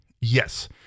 Yes